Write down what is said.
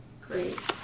Great